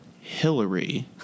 Hillary